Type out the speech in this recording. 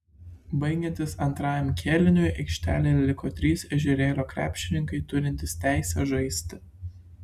baigiantis antrajam kėliniui aikštelėje liko trys ežerėlio krepšininkai turintys teisę žaisti